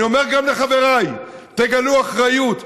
אני אומר גם לחבריי: תגלו אחריות.